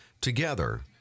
together